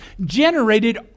generated